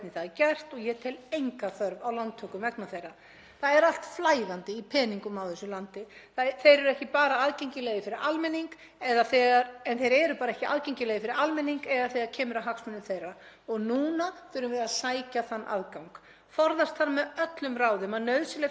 en þeir eru bara ekki aðgengilegir fyrir almenning eða þegar kemur að hagsmunum hans. Núna þurfum við að sækja þann afgang. Forðast þarf með öllum ráðum að nauðsynleg fjármögnun þessa mikilvæga verkefnis auki byrðar heimilanna í landinu í gegnum aukna verðbólgu og þá auknu vaxtabyrði sem alltaf virðast fylgja í kjölfarið